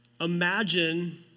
imagine